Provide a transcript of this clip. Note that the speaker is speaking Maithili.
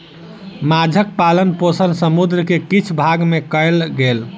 माँछक पालन पोषण समुद्र के किछ भाग में कयल गेल